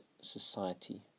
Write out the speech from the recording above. society